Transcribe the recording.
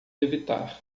evitar